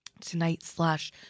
tonight/slash